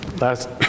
last